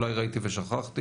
אולי ראיתי ושכחתי,